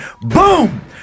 BOOM